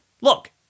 Look